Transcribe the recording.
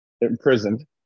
imprisoned